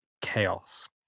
chaos